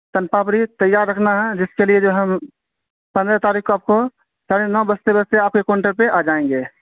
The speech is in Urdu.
سون پاپڑی تیار رکھنا ہے جس کے لیے جو ہم پندرہ تاریخ کو آپ کو ساڑھے نو بجتے بجتے آپ کے کونٹر پہ آ جائیں گے